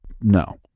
No